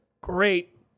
great